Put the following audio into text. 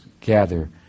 gather